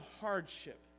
hardship